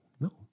No